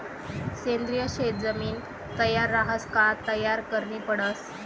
सेंद्रिय शेत जमीन तयार रहास का तयार करनी पडस